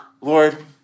Lord